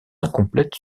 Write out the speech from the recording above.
incomplète